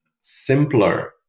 simpler